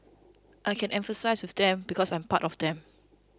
I can empathise with them because I'm part of them